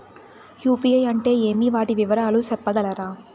UPI అంటే ఏమి? వాటి వివరాలు సెప్పగలరా?